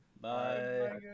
Bye